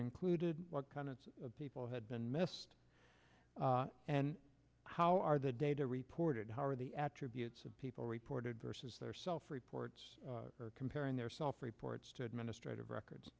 included what kind of people had been missed and how are the data reported how are the attributes of people reported versus their self reports comparing their self reports to administrative records